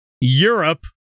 Europe